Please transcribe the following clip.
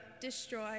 destroy